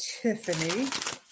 Tiffany